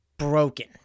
broken